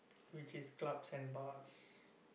which is clubs and bars